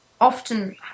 often